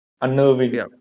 unnerving